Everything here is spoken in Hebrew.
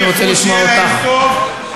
שיהיה להם טוב,